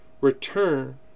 return